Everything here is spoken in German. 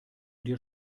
dir